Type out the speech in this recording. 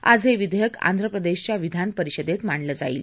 आज हे विधेयक आंध्रप्रदेशाच्या विधानपरिषदेत मांडलं जाईल